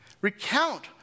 Recount